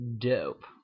dope